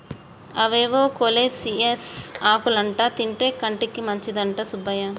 అవేవో కోలేకేసియం ఆకులంటా తింటే కంటికి మంచిదంట సుబ్బయ్య